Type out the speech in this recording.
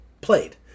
played